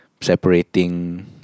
separating